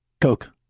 Coke